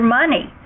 money